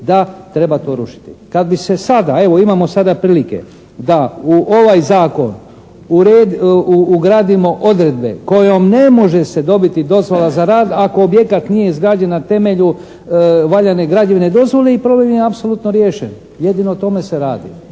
da treba to rušiti. Kad bi se sada evo imamo sada prilike da u ovaj zakon ugradimo odredbe kojom ne može se dobiti dozvola za rad ako objekat nije izrađen na temelju valjane građevne dozvole i problem je apsolutno riješen. Jedino o tome se radi.